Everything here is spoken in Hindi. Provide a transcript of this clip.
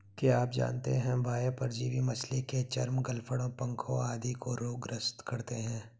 क्या आप जानते है बाह्य परजीवी मछली के चर्म, गलफड़ों, पंखों आदि को रोग ग्रस्त करते हैं?